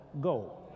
go